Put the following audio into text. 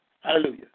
Hallelujah